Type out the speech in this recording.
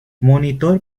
monitor